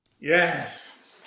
yes